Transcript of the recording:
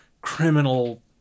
criminal